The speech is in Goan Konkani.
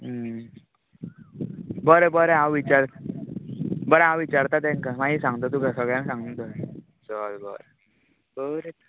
बरें बरें हांव विचार बरें हांव विचारतां तेंका मागीर सांगता तुका सगळ्यांक सांगूक जाय चल बरें बरें